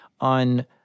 on